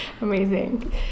amazing